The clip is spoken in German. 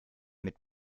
mit